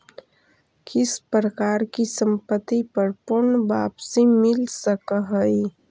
किस प्रकार की संपत्ति पर पूर्ण वापसी मिल सकअ हई